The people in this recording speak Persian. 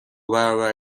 برابر